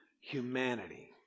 humanity